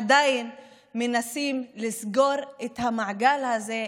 עדיין מנסים לסגור את המעגל הזה,